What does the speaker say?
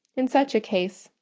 in such a case,